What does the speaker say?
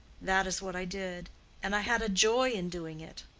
that is what i did and i had a joy in doing it.